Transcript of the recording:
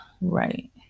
right